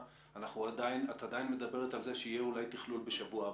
את עדיין מדברת על זה שיהיה אולי תכלול בשבוע הבא.